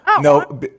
no